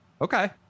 Okay